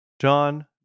John